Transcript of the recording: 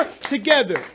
together